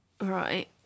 right